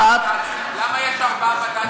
למה יש ארבעה בד"צים?